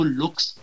looks